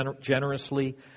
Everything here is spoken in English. generously